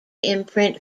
imprint